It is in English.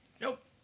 Nope